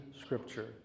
scripture